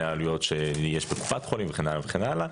העלויות שיש בקופת חולים וכן הלאה וכן הלאה,